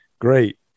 great